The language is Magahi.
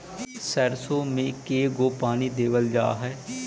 सरसों में के गो पानी देबल जा है?